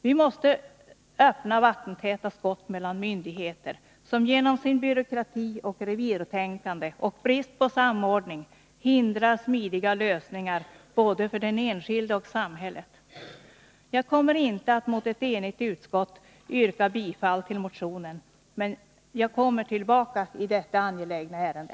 Vi måste öppna de vattentäta skott som finns mellan myndigheter som genom byråkrati, revirtänkande och brist på samordning hindrar smidiga lösningar både för den enskilde och för samhället. Jag kommer inte att mot ett enigt utskott yrka bifall till motionen, men jag kommer tillbaka i detta angelägna ärende.